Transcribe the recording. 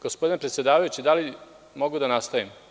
Gospodine predsedavajući, da li mogu da nastavim?